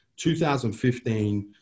2015